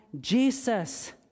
Jesus